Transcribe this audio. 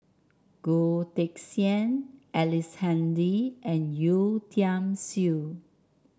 Goh Teck Sian Ellice Handy and Yeo Tiam Siew